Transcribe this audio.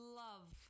love